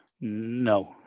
No